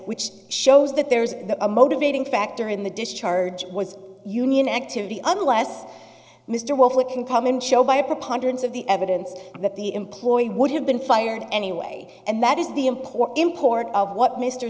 which shows that there is a motivating factor in the discharge was union activity unless mr wolfowitz can come in show by a preponderance of the evidence that the employee would have been fired anyway and that is the import import of what mr